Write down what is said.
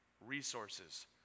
resources